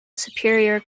superior